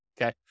okay